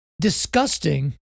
disgusting